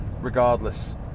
regardless